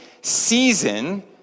season